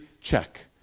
Check